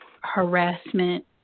harassment